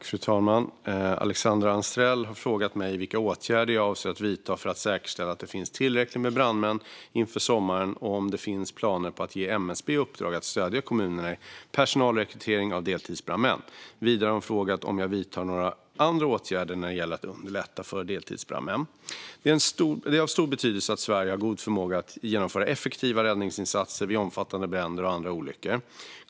Fru talman! Alexandra Anstrell har frågat mig vilka åtgärder jag avser att vidta för att säkerställa att det finns tillräckligt med brandmän inför sommaren och om det finns planer på att ge MSB i uppdrag att stödja kommunerna i personalrekrytering av deltidsbrandmän. Vidare har hon frågat om jag vidtar några andra åtgärder när det gäller att underlätta för deltidsbrandmän. Det är av stor betydelse att Sverige har god förmåga att genomföra effektiva räddningsinsatser vid omfattande bränder och andra olyckor.